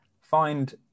find